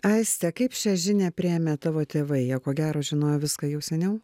aiste kaip šią žinią priėmė tavo tėvai jie ko gero žinojo viską jau seniau